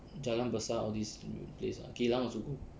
jalan besar all these place ah geylang also go